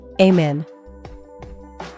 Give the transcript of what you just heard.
Amen